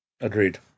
Agreed